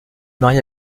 marié